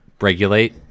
Regulate